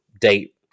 date